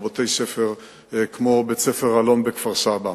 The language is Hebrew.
או בתי-ספר כמו בית-ספר "אלון" בכפר-סבא,